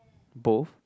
both